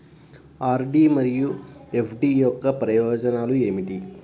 RD మరియు FD యొక్క ప్రయోజనాలు ఏమిటి?